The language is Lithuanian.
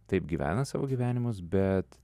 taip gyvena savo gyvenimus bet